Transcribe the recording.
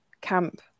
camp